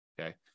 Okay